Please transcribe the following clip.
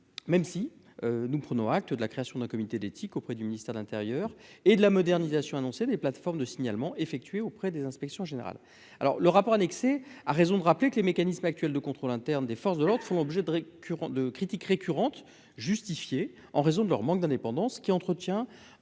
même si nous prenons acte de la création d'un comité d'éthique auprès du ministère de l'Intérieur et de la modernisation annoncée des plateformes de signalement effectué auprès des inspections générales alors le rapport annexé à raison de rappeler que les mécanismes actuels de contrôle interne des forces de l'ordre sont obligés de récurrents de critiques récurrentes justifiée en raison de leur manque d'indépendance qui entretient